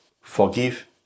Forgive